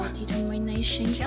determination